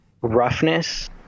roughness